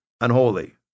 unholy